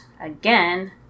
again